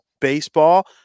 baseball